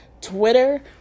Twitter